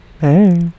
Hey